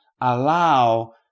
allow